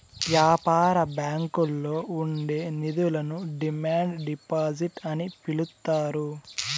యాపార బ్యాంకుల్లో ఉండే నిధులను డిమాండ్ డిపాజిట్ అని పిలుత్తారు